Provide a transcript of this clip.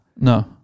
No